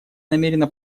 намерена